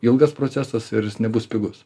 ilgas procesas ir nebus jis pigus